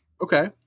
Okay